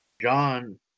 John